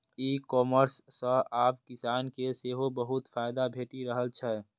ई commerce सं आब किसान के सेहो बहुत फायदा भेटि रहल छै